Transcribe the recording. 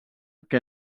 que